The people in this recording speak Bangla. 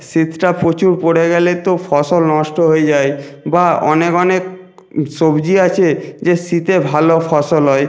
শীতটা প্রচুর পড়ে গেলে তো ফসল নষ্ট হয়ে যায় বা অনেক অনেক সবজি আছে যে শীতে ভালো ফসল হয়